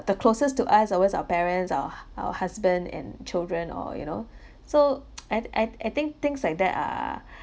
the closest to us always our parents or h~ our husband and children or you know so I I I think things like that are